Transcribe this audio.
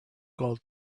gold